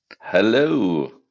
Hello